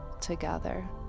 together